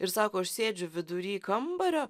ir sako aš sėdžiu vidury kambario